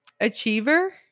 achiever